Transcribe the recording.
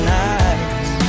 nights